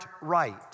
right